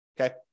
okay